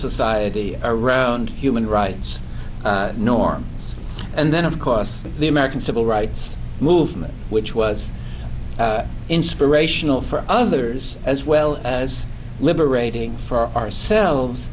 society around human rights norms and then of course the american civil rights movement which it was inspirational for others as well as liberating for ourselves